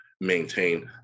maintained